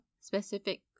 specific